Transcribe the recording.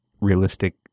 realistic